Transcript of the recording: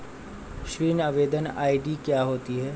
ऋण आवेदन आई.डी क्या होती है?